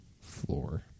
floor